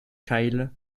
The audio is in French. kyle